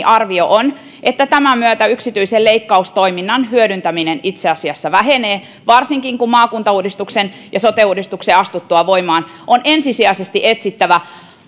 arvio on että tämän myötä yksityisen leikkaustoiminnan hyödyntäminen itse asiassa vähenee varsinkin kun maakuntauudistuksen ja sote uudistuksen astuttua voimaan on ensisijaisesti etsittävä